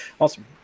awesome